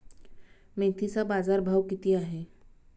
मेथीचा बाजारभाव किती आहे?